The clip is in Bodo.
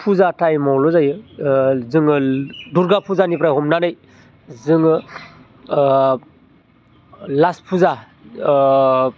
फुजा टाइमावल' जायो ओ जोङो दुरगा फुजानिफ्राय हमनानै जोङो ओ लास्ट फुजा ओ